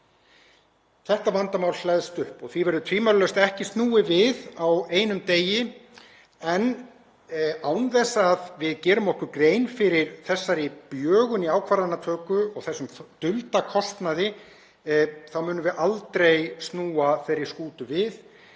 Þetta vandamál hleðst upp og því verður tvímælalaust ekki snúið við á einum degi. En án þess að við gerum okkur grein fyrir þessari bjögun í ákvarðanatöku og þessum dulda kostnaði munum við aldrei snúa þeirri skútu við.